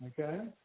Okay